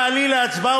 תעלי להצבעה,